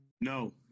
No